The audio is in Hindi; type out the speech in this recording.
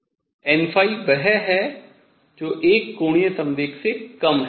n वह है जो एक कोणीय संवेग से कम है